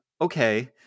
okay